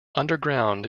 underground